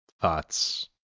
thoughts